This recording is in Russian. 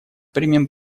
примем